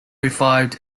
revived